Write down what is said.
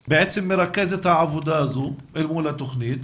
שמרכז את העבודה הזאת אל מול התוכנית.